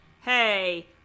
hey